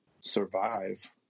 survive